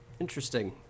Interesting